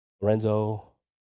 Lorenzo